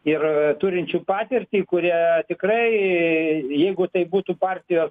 ir turinčių patirtį kurie tikrai jeigu taip būtų partijos